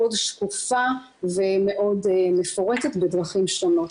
מאוד שקופה ומאוד מפורטת בדרכים שונות.